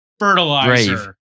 Fertilizer